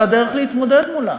על הדרך להתמודד מולם.